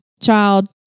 child